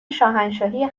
شاهنشاهی